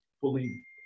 fully